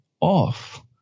off